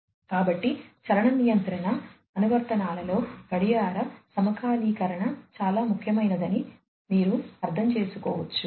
కాబట్టి చలన నియంత్రణ అనువర్తనాలలో గడియార సమకాలీకరణ చాలా ముఖ్యమైనదని మీరు అర్థం చేసుకోవచ్చు